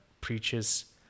preaches